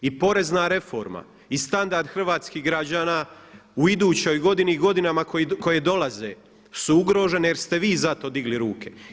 I porezna reforma i standard hrvatskih građana u idućoj godini godinama koje dolaze su ugrožene jer ste vi za to digli ruke.